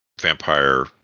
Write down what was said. vampire